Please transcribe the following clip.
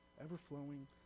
Ever-flowing